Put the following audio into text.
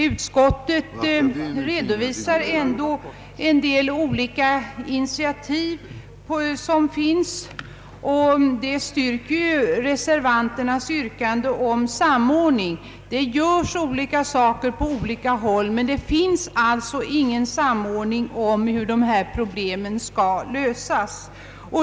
Utskottet redovisar ändå en del tagna initiativ, vilket styrker reservanternas yrkande om en samordning. Det görs olika saker på skilda håll, men det förekommer ingen samordning om hur problemen skall lösas.